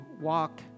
walk